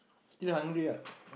still hungry ah